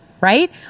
Right